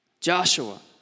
Joshua